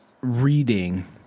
reading